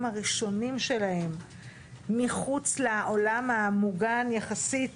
הראשונים שלהם מחוץ לעולם המוגן יחסית